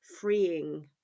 freeing